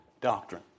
doctrine